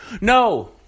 No